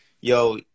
yo